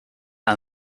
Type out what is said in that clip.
aan